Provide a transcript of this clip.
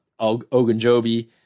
Ogunjobi